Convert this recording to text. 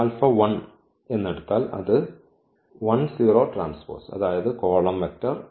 alpha 1 എന്ന എടുത്താൽ അത് 1 0T ആണ്